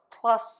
plus